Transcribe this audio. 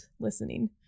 listening